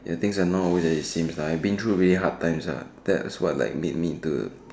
and things are not always like it seems like I've been though really hard times lah that's what like made me into